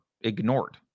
ignored